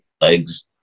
legs